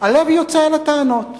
הלב יוצא אל הטענות,